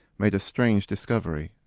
made a strange discovery.